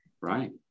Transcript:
Right